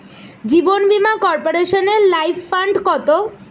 জীবন বীমা কর্পোরেশনের life fund কত?